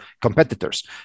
competitors